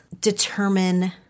determine